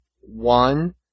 one